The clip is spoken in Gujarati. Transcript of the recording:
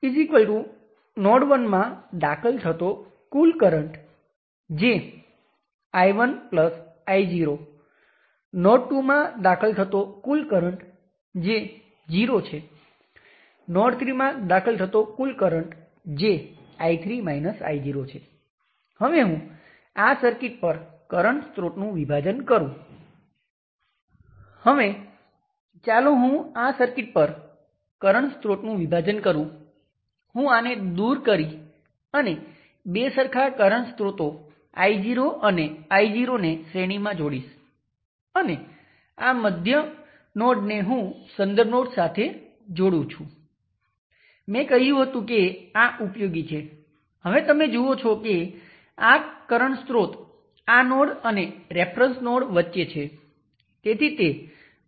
તેથી ફરીથી આ થોડો વિચિત્ર કેસ છે પરંતુ કારણ કે output current control voltage source પર છે તમે અપેક્ષા રાખો છો કે તમે શૂન્ય Ω રેઝિસ્ટન્સ જોશો